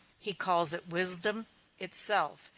he calls it wisdom itself.